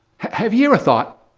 have you ever thought,